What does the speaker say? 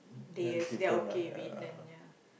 they they are okay with it then ya